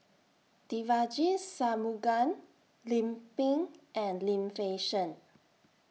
Devagi Sanmugam Lim Pin and Lim Fei Shen